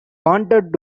wanted